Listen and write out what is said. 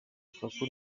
lukaku